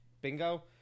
bingo